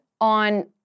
on